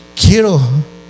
quiero